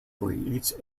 breeds